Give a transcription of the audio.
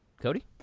Cody